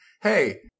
Hey